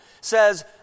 says